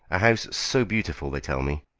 a house so beautiful, they tell me!